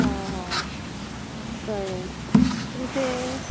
कळ्ळें तुमचें